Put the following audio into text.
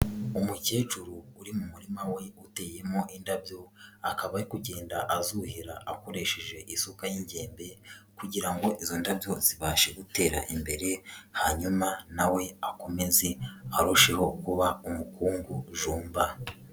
Umukecuru uri mu murima we uteyemo indabyo, akaba ari kugenda azuhira akoresheje isuka y'ingembe kugira ngo izo ndabyo zibashe gutera imbere, hanyuma na we akomeze arusheho kuba umukungu jumba.